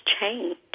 change